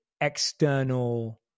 external